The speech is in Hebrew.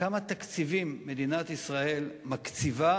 כמה תקציבים מדינת ישראל מקציבה